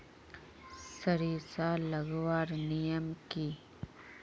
सरिसा लगवार नियम की?